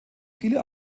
viele